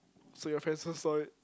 so your friends all saw it